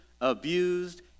abused